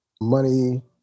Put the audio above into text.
money